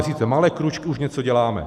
Sice malé krůčky, už něco děláme.